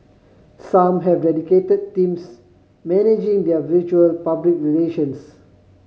some have dedicated teams managing their virtual public relations